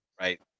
Right